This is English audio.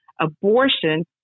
Abortion